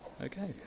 Okay